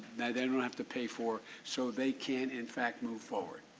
that they don't have to pay for so they can in fact move forward.